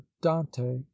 dante